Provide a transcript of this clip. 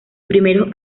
primeros